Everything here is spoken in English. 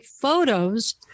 photos